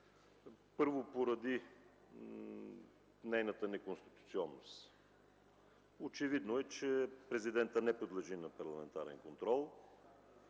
първо, поради нейната неконституционност. Очевидно е, че президентът не подлежи на парламентарен контрол.